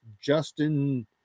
Justin